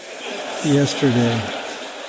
yesterday